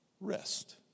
rest